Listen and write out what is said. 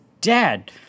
dad